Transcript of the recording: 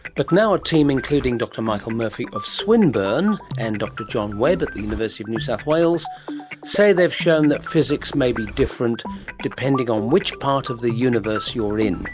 but now a team including dr michael murphy from swinburne and dr john webb at the university of new south wales say they've shown that physics may be different depending on which part of the universe you're in.